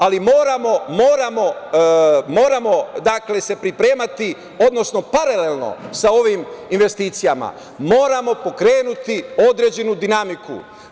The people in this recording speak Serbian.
Dakle, moramo se pripremati, odnosno paralelno sa ovim investicijama, moramo pokrenuti određenu dinamiku.